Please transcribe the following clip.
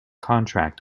contract